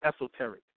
esoteric